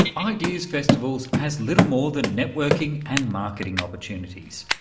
ideas festivals as little more than networking and marketing opportunities.